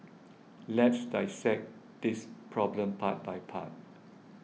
let's dissect this problem part by part